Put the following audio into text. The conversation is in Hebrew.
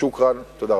שוכראן, תודה.